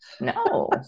No